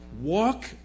walk